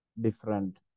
different